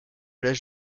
l’âge